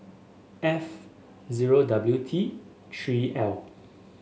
F zero W T Three L